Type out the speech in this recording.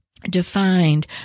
defined